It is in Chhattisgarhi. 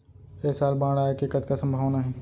ऐ साल बाढ़ आय के कतका संभावना हे?